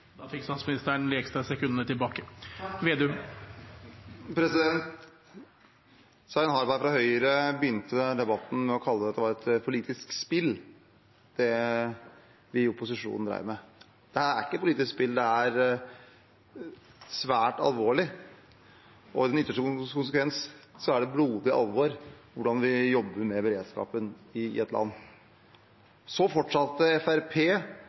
Da fikk statsministeren de ekstra sekundene tilbake. Takk. Svein Harberg fra Høyre begynte debatten med å kalle det et politisk spill, det vi i opposisjonen drev med. Det er ikke et politisk spill, men svært alvorlig. I sin ytterste konsekvens er det blodig alvor hvordan vi jobber med beredskapen i et land. Så